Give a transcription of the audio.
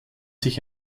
sich